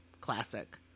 Classic